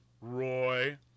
Roy